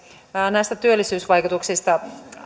näistä työllisyysvaikutuksista